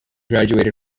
graduated